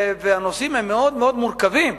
והנושאים הם מאוד מאוד מורכבים.